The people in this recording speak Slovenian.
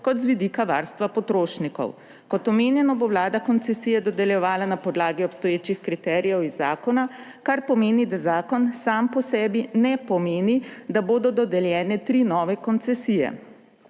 kot z vidika varstva potrošnikov. Kot omenjeno, bo Vlada koncesije dodeljevala na podlagi obstoječih kriterijev iz zakona, kar pomeni, da zakon sam po sebi ne pomeni, da bodo dodeljene tri nove koncesije.